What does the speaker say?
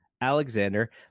Alexander